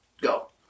go